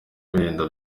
wenda